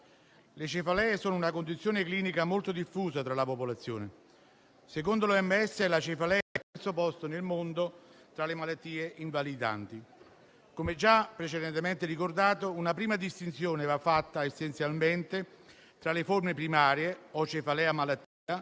le cefalee sono una condizione clinica molto diffusa tra la popolazione. Secondo l'OMS, la cefalea è al terzo posto nel mondo tra le malattie invalidanti. Come già precedentemente ricordato, una prima distinzione va fatta essenzialmente tra le forme primarie (o cefalea malattia)